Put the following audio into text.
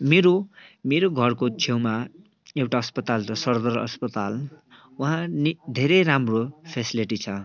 मेरो मेरो घरको छेउमा एउटा अस्पताल सदर अस्पताल वहाँ धेरै राम्रो फेसिलिटी छ